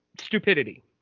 stupidity